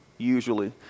Usually